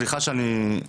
סליחה שאני מפריע,